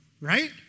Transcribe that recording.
right